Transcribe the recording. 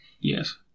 Yes